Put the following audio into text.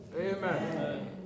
Amen